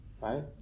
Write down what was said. Right